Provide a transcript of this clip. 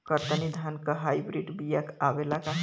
कतरनी धान क hybrid बिया आवेला का?